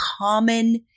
common